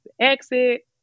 exit